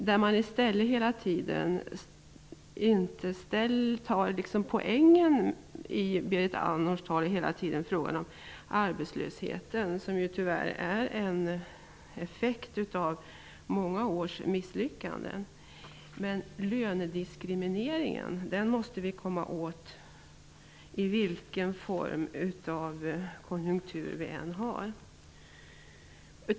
Berit Andnor talar hela tiden om arbetslösheten, som tyvärr är en effekt av många års misslyckanden. Men lönediskrimineringen måste vi komma åt vilken form av konjunktur som vi än har.